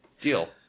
Deal